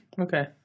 Okay